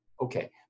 okay